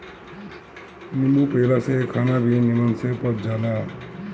नींबू पियला से खाना भी निमन से पच जाला